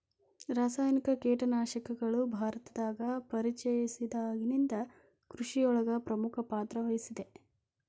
ರಾಸಾಯನಿಕ ಕೇಟನಾಶಕಗಳು ಭಾರತದಾಗ ಪರಿಚಯಸಿದಾಗನಿಂದ್ ಕೃಷಿಯೊಳಗ್ ಪ್ರಮುಖ ಪಾತ್ರವಹಿಸಿದೆ